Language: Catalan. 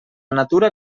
natura